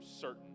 certain